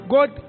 God